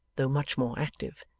though much more active.